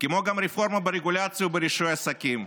כמו גם את הרפורמה ברגולציה וברישוי העסקים.